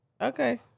Okay